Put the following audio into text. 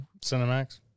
Cinemax